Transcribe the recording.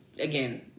again